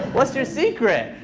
what's your secret?